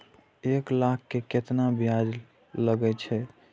एक लाख के केतना ब्याज लगे छै?